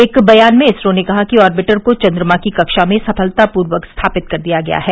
एक बयान में इसरो ने कहा कि आर्बिटर को चन्द्रमा की कक्षा में सफलतापूर्वक स्थापित कर दिया गया है